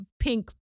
pink